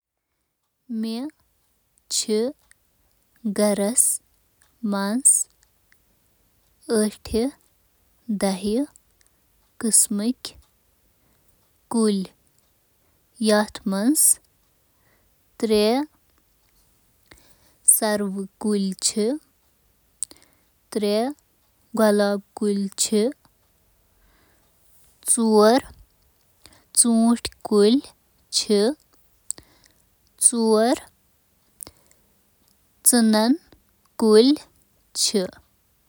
کُلٮ۪ن ہٕنٛدۍ چھِ واریاہ مُختٔلِف قٕسٕم، یِمَن منٛز کُلۍ کٔٹۍ، کُلۍ، کوہ پیمٲئی، لٔکرِ، فرن تہٕ پوشہٕ دار کُلۍ شٲمِل چھِ: